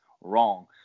Wrong